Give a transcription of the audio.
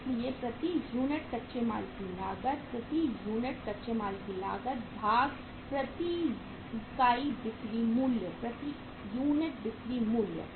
इसलिए प्रति यूनिट कच्चे माल की लागत प्रति यूनिट कच्चे माल की लागत भाग प्रति इकाई बिक्री मूल्य प्रति यूनिट बिक्री मूल्य